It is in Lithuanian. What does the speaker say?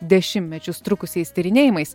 dešimtmečius trukusiais tyrinėjimais